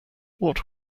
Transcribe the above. what